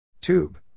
Tube